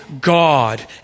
God